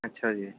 ਅੱਛਾ ਜੀ